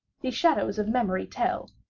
these shadows of memory tell,